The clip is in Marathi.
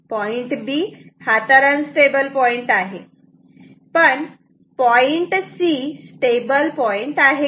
पॉईंट B हा तर अनस्टेबल पॉईंट आहे पण पॉईंट C स्टेबल पॉईंट आहे का